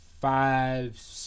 five